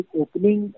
opening